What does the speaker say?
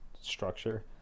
Structure